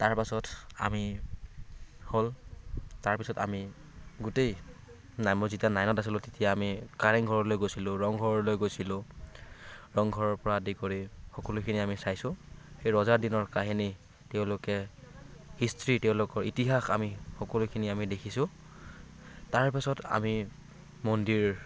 তাৰপাছত আমি হ'ল তাৰপাছত আমি গোটেই নাই মই যেতিয়া নাইনত আছিলোঁ তেতিয়া আমি কাৰেং ঘৰলৈ গৈছিলোঁ ৰং ঘৰলৈ গৈছিলোঁ ৰং ঘৰৰ পৰা আদি কৰি সকলোখিনি আমি চাইছোঁ সেই ৰজা দিনৰ কাহিনী তেওঁলোকে হিষ্ট্ৰী তেওঁলোকৰ ইতিহাস আমি সকলোখিনি আমি দেখিছোঁ তাৰপিছত আমি মন্দিৰ